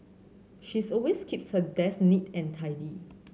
she's always keeps her desk neat and tidy